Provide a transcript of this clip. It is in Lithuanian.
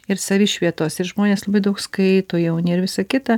ir savišvietos ir žmonės labai daug skaito jauni ir visa kita